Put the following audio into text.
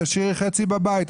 תשאירי חצי בבית.